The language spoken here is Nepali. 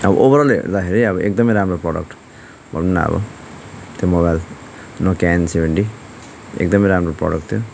अब ओभरअल हेर्दाखेरि अब एकदमै राम्रो प्रडक्ट भनौँ न अब त्यो मोबाइल नोकिया एन सेभेन्टी एकदमै राम्रो प्रडक्ट थियो